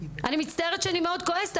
אני מצטערת שאני כועסת מאוד,